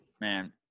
man